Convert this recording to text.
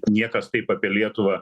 niekas taip apie lietuvą